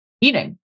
eating